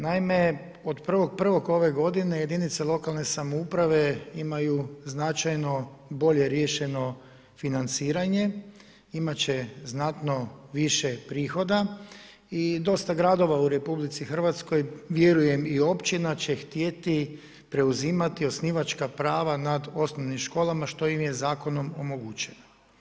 Naime, od 1.1. ove godine jedinice lokalne samouprave imaju značajno bolje riješeno financiranje, imat će znatno više prihoda i dosta gradova u RH vjerujem i općina će htjeti preuzimati osnivačka prava nad osnovnim školama što im je zakonom omogućeno.